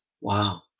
Wow